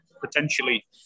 potentially